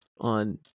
on